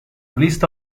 list